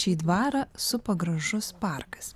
čia į dvarą supa gražus parkas